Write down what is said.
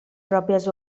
pròpies